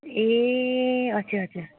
ए अच्छा अच्छा